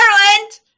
Ireland